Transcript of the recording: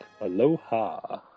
Aloha